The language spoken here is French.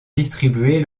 distribués